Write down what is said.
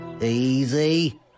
Easy